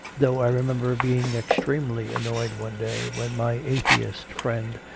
though i remember being extremely annoyed one day when my atheist friend,